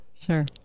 sure